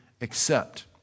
accept